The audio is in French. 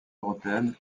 européenne